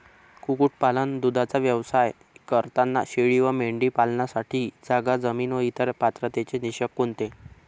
कुक्कुटपालन, दूधाचा व्यवसाय करताना शेळी व मेंढी पालनासाठी जागा, जमीन व इतर पात्रतेचे निकष कोणते?